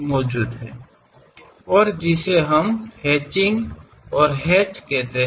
ಮತ್ತು ಅದನ್ನೇ ನಾವು ಹ್ಯಾಚಿಂಗ್ ಹ್ಯಾಚ್ ಎಂದು ಕರೆಯುತ್ತೇವೆ